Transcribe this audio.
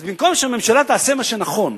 אז במקום שהממשלה תעשה מה שנכון,